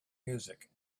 music